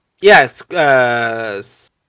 Yes